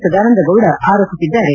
ಸದಾನಂದಗೌಡ ಆರೋಪಿಸಿದ್ದಾರೆ